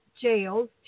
jails